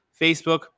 Facebook